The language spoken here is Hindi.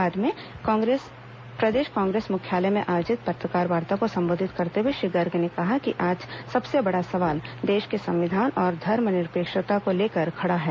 बाद में प्रदेश कांग्रेस मुख्यालय में आयोजित पत्रकारवार्ता को संबोधित करते हुए श्री गर्ग ने कहा कि आज सबसे बड़ा सवाल देश के संविधान और धर्मनिरक्षेता को लेकर खड़ा है